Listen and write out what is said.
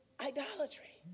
idolatry